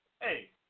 Hey